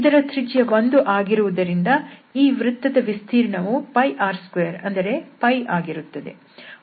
ಇದರ ತ್ರಿಜ್ಯ 1 ಆಗಿರುವುದರಿಂದ ಈ ವೃತ್ತದ ವಿಸ್ತೀರ್ಣವು r2 ಅಂದರೆ ಆಗಿರುತ್ತದೆ